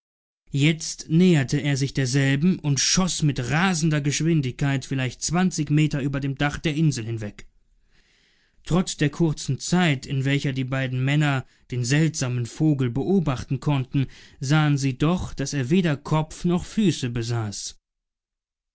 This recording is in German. jetzt näherte er sich derselben und schoß mit rasender geschwindigkeit vielleicht zwanzig meter über dem dach der insel hinweg trotz der kurzen zeit in welcher die beiden männer den seltsamen vogel beobachten konnten sahen sie doch daß er weder kopf noch füße besaß